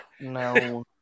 No